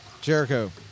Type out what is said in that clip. Jericho